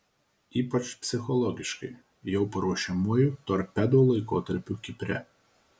ypač psichologiškai jau paruošiamuoju torpedo laikotarpiu kipre